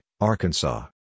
Arkansas